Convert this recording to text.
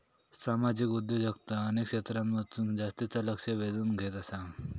सामाजिक उद्योजकता अनेक क्षेत्रांमधसून जास्तीचा लक्ष वेधून घेत आसा